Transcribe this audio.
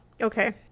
okay